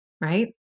Right